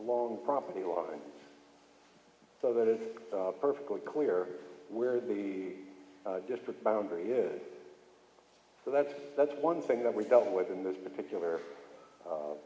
along property lines so that it is perfectly clear where the district boundary is so that's that's one thing that we dealt with in this particular